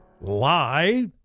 lie